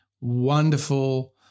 wonderful